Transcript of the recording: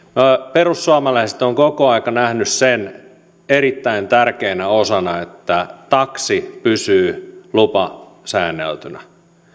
perussuomalaiset on koko ajan nähnyt sen erittäin tärkeänä osana että taksi pysyy lupasäänneltynä